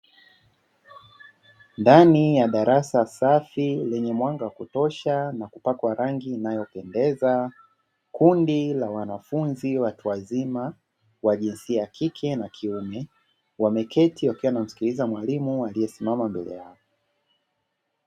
Ndani ya darasa safi lenye mwanga wa kutosha na kupakwa rangi inayopendeza. Kundi la wanafunzi watu wazima wa jinsia ya kike na kiume, wameketi wakiwa wanamsikiliza mwalimu aliyesimama mbele yao.